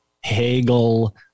Hegel